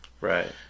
Right